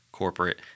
corporate